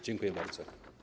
Dziękuję bardzo.